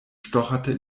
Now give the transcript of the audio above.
stocherte